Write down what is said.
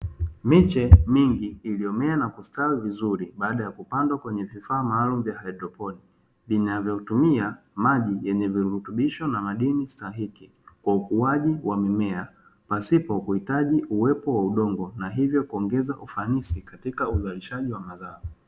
Miche mingi iliyomea na kustawi vizuri baada ya kupanda kwenye kifaa maalumu kinachotumia maji, yenye virutubisho na madini sahihi kwa ukuaji wa mimea pasipo kuhitaji uwepo wa udongo na hivyo kuongeza ufanisi katika uzalishaji wa mazao.